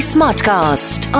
Smartcast